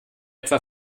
etwa